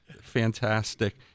fantastic